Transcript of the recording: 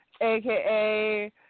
aka